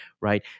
right